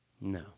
No